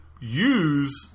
use